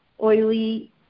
oily